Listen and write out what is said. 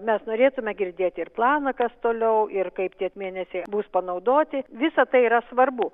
mes norėtume girdėti ir planą kas toliau ir kaip tie mėnesiai bus panaudoti visa tai yra svarbu